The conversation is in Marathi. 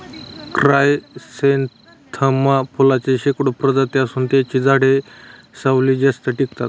क्रायसॅन्थेमम फुलांच्या शेकडो प्रजाती असून त्यांची झाडे सावलीत जास्त टिकतात